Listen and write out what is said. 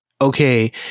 okay